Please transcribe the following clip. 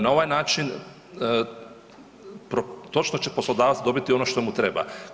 Na ovaj način točno će poslodavac dobiti ono što mu treba.